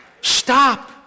stop